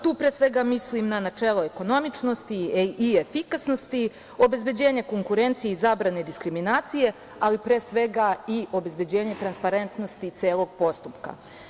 Tu mislim na načelo ekonomičnosti i efikasnosti, obezbeđenja konkurencije i zabrane diskriminacije, ali i obezbeđenje transparentnosti celog postupka.